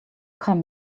come